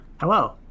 Hello